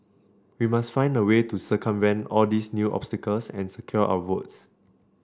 we must find a way to circumvent all these new obstacles and secure our votes